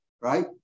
right